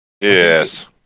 Yes